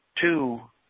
two